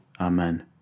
Amen